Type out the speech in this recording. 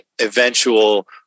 eventual